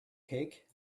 cake